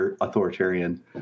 authoritarian